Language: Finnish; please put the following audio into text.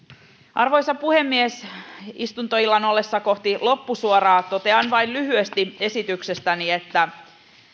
arvoisa puhemies istuntoillan ollessa kohti loppusuoraa totean vain lyhyesti esityksestäni että